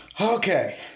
Okay